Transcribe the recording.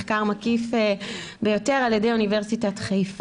מחקר מקיף ביותר על ידי אונ' חיפה,